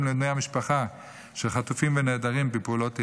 לבני המשפחה של חטופים ונעדרים בפעולות איבה,